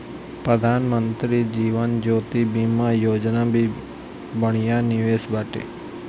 प्रधानमंत्री जीवन ज्योति बीमा योजना भी बढ़िया निवेश बाटे